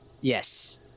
Yes